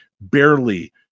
barely